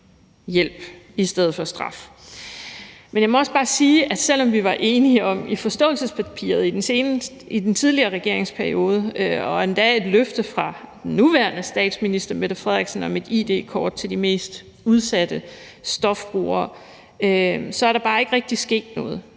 hjælp i stedet for straf. Men jeg må også bare sige, at selv om vi var enige om det i forståelsespapiret i den tidligere regeringsperiode – vi endda fik et løfte fra den nuværende statsminister om et id-kort til de mest udsatte stofbrugere – så er der bare ikke rigtig sket noget.